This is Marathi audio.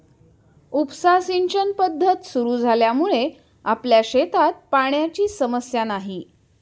उपसा सिंचन पद्धत सुरु झाल्यामुळे आपल्या शेतात पाण्याची समस्या नाही